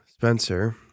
Spencer